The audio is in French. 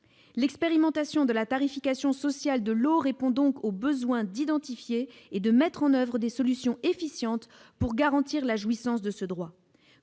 L'expérimentation de la tarification sociale de l'eau répond au besoin d'identifier et de mettre en oeuvre des solutions efficientes pour garantir la jouissance de ce droit.